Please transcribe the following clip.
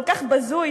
כל כך בזוי,